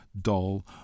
dull